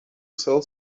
sell